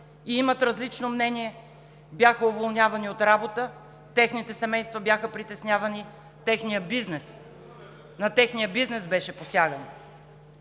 и имат различно мнение, бяха уволнявани от работа, техните семейства бяха притеснявани, на техния бизнес беше посягано.